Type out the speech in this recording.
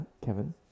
kevin